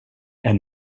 and